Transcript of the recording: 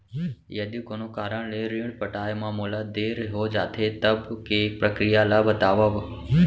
यदि कोनो कारन ले ऋण पटाय मा मोला देर हो जाथे, तब के प्रक्रिया ला बतावव